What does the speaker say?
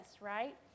right